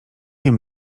wiem